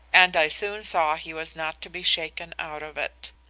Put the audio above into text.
and i soon saw he was not to be shaken out of it.